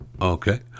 Okay